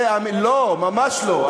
לא, ממש לא.